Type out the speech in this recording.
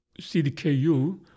CDKU